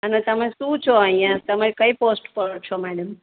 અને તમે શું છો અહીંયા તમે કઈ પોસ્ટ પર છો મેડમ